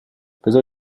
بذار